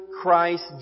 Christ